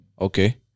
Okay